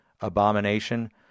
Abomination